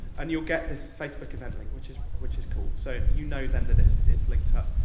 and you'll get this facebook event link, which is, which is cool. so, you know, then, that it's it's linked up.